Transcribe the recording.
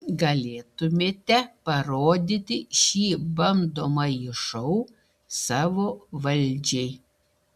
galėtumėme parodyti šį bandomąjį šou savo valdžiai